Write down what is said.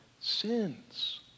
sins